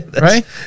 Right